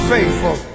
Faithful